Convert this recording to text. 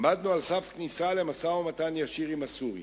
עמדנו על סף כניסה למשא-ומתן ישיר עם הסורים.